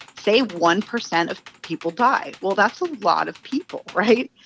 say one percent of people die. well, that's a lot of people, right?